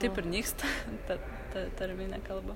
taip ir nyksta ta ta tarminė kalba